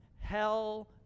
hell